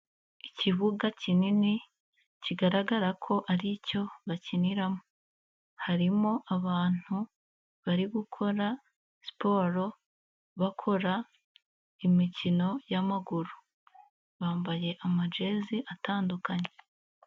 Ikibuga kinini kigaragara ko ari icyo bakiniramo, harimo abantu bari gukora siporo bakora imikino y'amaguru, bambaye amajezi atandukanye.